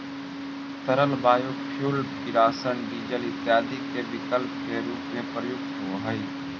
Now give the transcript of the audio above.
तरल बायोफ्यूल किरासन, डीजल इत्यादि के विकल्प के रूप में प्रयुक्त होवऽ हई